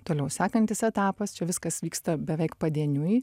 toliau sekantis etapas čia viskas vyksta beveik padieniui